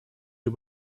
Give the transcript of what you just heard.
you